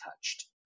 touched